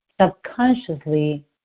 subconsciously